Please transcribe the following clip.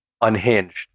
unhinged